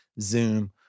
Zoom